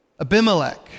Abimelech